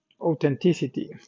authenticity